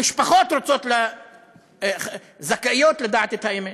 המשפחות זכאיות לדעת את האמת.